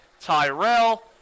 Tyrell